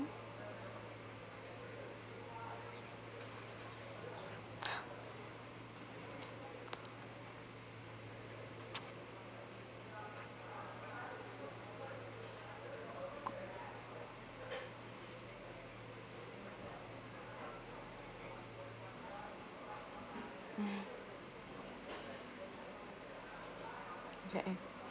right